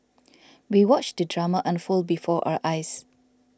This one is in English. we watched the drama unfold before our eyes